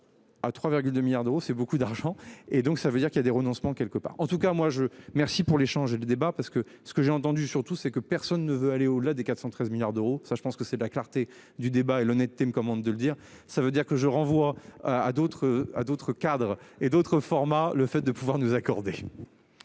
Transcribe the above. À 3,2 milliards d'euros c'est beaucoup d'argent et donc ça veut dire qu'il y a des renoncements quelque part en tout cas moi je. Merci pour l'échange et de débat parce que ce que j'ai entendu surtout c'est que personne ne veut aller au-delà des 413 milliards d'euros. Ça je pense que c'est la clarté du débat et l'honnêteté me commande de le dire, ça veut dire que je renvoie à d'autres à d'autres cadres et d'autres formats, le fait de pouvoir nous accorder.